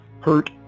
Hurt